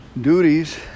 duties